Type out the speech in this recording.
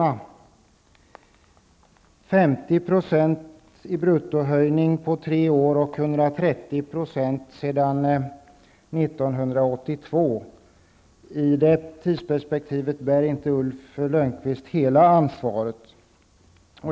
Vad det handlar om är en 50-procentig bruttohöjning på tre år och 130 % höjning sedan 1982. Men Ulf Lönnqvist har inte hela ansvaret för vad som hänt under den här tiden.